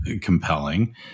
compelling